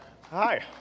Hi